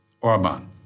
Orban